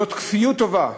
זאת כפיות טובה.